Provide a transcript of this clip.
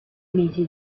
mesi